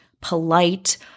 polite